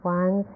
one